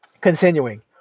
Continuing